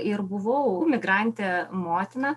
ir buvau migrantė motina